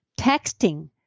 Texting